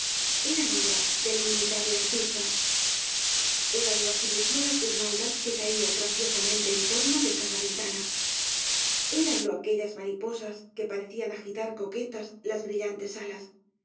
eran obra del inimitable artista éranlo asimismo las guirnaldas que caían graciosamente en torno de cada ventana éranlo aquellas mariposas que parecían agitar coquetas las brillantes alas